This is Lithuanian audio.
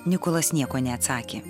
nikolas nieko neatsakė